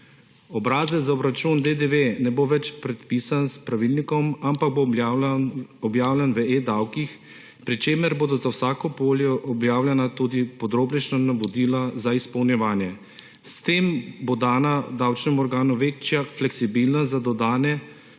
Obrazec za obračun DDV ne bo več predpisan s pravilnikom, ampak bo objavljen v eDavkih, pri čemer bodo za vsako polje objavljena tudi podrobnejša navodila za izpolnjevanje. S tem bo dana davčnemu organu večja fleksibilnost za dodatne